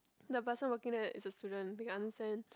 the person working there it's a student they can understand